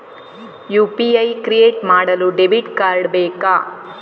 UPI create ಮಾಡಲು debit card ಬೇಕಾ?